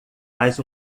faz